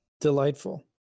Delightful